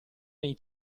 nei